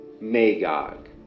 Magog